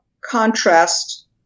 contrast